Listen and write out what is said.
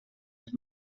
het